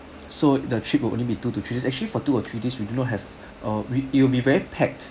so the trip will only be two to three days actually for two or three days we do not have uh we it will be very packed